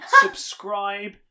subscribe